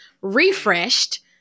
refreshed